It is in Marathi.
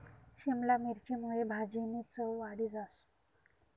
शिमला मिरची मुये भाजीनी चव वाढी जास